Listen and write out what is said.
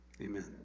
Amen